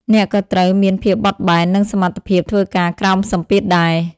អ្នកក៏ត្រូវមានភាពបត់បែន និងសមត្ថភាពធ្វើការក្រោមសម្ពាធដែរ។